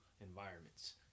environments